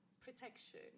Protection